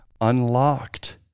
unlocked